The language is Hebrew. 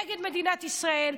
נגד מדינת ישראל,